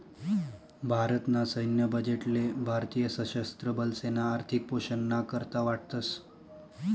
भारत ना सैन्य बजेट ले भारतीय सशस्त्र बलेसना आर्थिक पोषण ना करता वाटतस